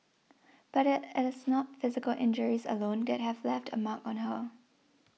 but it it is not physical injuries alone that have left a mark on her